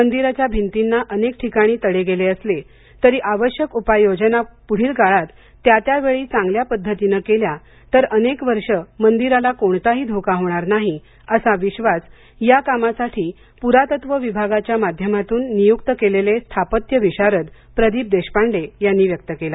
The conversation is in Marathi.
मंदिराच्या भिंतींना अनेक ठिकाणी तडे गेले असले तरी आवश्यक उपाययोजना पुढील काळात त्या त्या वेळी चांगल्या पद्धतीने केल्या तर अनेक वर्षे मंदिराला कोणताही धोका होणार नाही असा विश्वास या कामासाठी प्रातत्त्व विभागाच्या माध्यमातून नियुक्त केलेले स्थापत्य विशारद प्रदीप देशपांडे यांनी व्यक्त केला